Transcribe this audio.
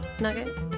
Nugget